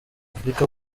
afrika